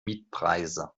mietpreise